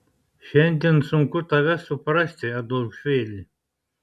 šiandien sunku tave suprasti adolfėli